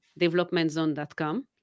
developmentzone.com